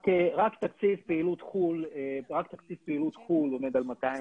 רק תקציב פעילות חו"ל עומד על 207 מיליון שקל שנתי.